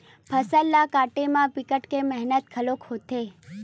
फसल ल काटे म बिकट के मेहनत घलोक होथे